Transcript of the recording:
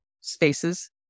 spaces